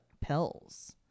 pills